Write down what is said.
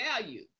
value